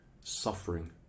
suffering